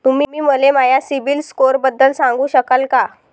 तुम्ही मले माया सीबील स्कोअरबद्दल सांगू शकाल का?